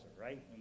right